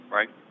Right